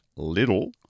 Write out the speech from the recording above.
Little